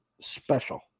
special